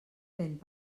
vent